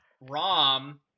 Rom